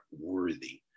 worthy